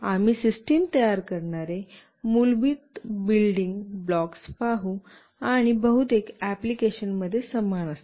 आम्ही सिस्टम तयार करणारे मूलभूत बिल्डिंग ब्लॉक्स पाहू आणि बहुतेक एप्लिकेशनमध्ये समान असतात